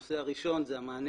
הנושא הראשון זה המענה